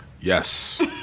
Yes